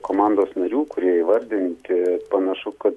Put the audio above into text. komandos narių kurie įvardinti panašu kad